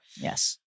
Yes